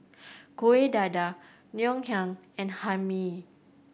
Kueh Dadar Ngoh Hiang and Hae Mee